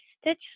stitch